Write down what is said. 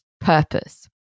Purpose